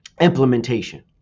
implementation